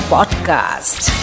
Podcast